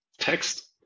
text